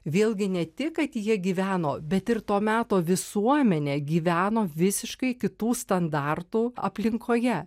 vėlgi ne tik kad jie gyveno bet ir to meto visuomenė gyveno visiškai kitų standartų aplinkoje